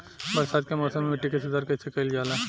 बरसात के मौसम में मिट्टी के सुधार कइसे कइल जाई?